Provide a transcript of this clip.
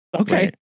Okay